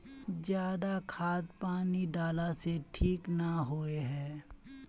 ज्यादा खाद पानी डाला से ठीक ना होए है?